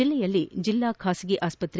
ಜಿಲ್ಲೆಯಲ್ಲಿ ಜಿಲ್ಲಾ ಖಾಸಗಿ ಆಸ್ಪತ್ತೆ